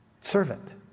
Servant